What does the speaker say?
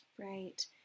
Right